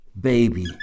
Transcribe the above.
baby